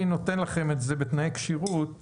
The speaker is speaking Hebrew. אני נותן לכם את זה בתנאי כשירות.